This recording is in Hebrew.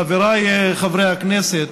חבריי חברי הכנסת,